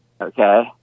okay